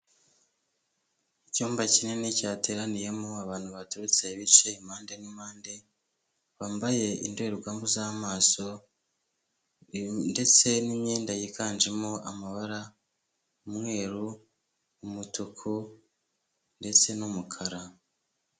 Icyumba kinini cyateraniyemo abantu baturutse bicaye impande n'impande, bambaye indorerwamo z'amaso ndetse n'imyenda yiganjemo amabara umweru, umutuku ndetse n'umukara.